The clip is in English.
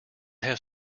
have